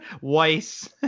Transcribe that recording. Weiss